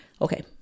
Okay